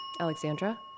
Alexandra